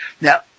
Now